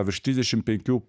virš trisdešimt penkių